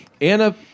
Anna